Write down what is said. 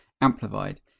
amplified